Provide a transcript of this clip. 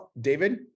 David